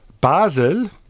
Basel